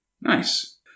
Nice